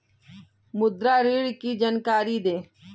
मुद्रा ऋण की जानकारी दें?